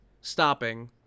stopping